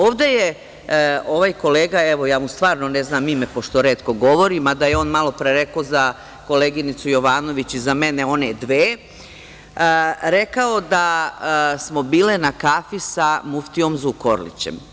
Ovde je ovaj kolega, ja mu stvarno ne znam ime, pošto retko govori, mada je on malopre rekao za koleginicu Jovanović i mene „one dve“, rekao da smo bile na kafi sa muftijom Zukorlićem.